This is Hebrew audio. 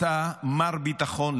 אתה מר ביטחון,